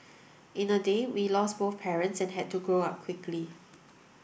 in a day we lost both parents and had to grow up quickly